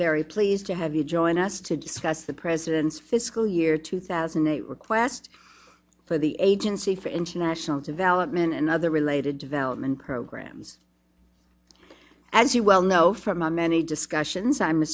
very pleased to have you join us to discuss the president's fiscal year two thousand and eight request for the agency for international development and other related development programs as you well know from my many discussions i'm a